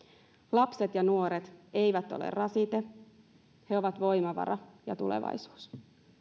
lapset ja nuoret eivät ole rasite he ovat voimavara ja tulevaisuus